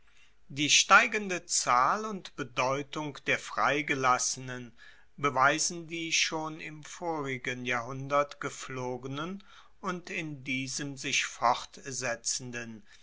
die steigende zahl und bedeutung der freigelassenen beweisen die schon im vorigen jahrhundert gepflogenen und in diesem sich fortsetzenden